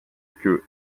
queue